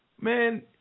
man